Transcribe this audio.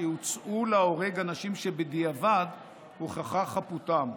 הוצאו להורג אנשים שבדיעבד הוכחה חפותם.